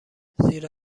زیرا